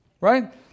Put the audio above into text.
Right